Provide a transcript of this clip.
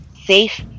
safe